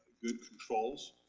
good controls,